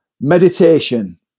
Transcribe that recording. meditation